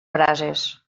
brases